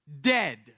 dead